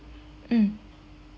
mm